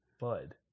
Bud